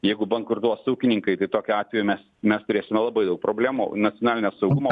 jeigu bankrutuos ūkininkai tai tokiu atveju mes mes turėsime labai jau problemų nacionalinio saugumo